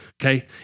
okay